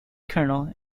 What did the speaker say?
colonel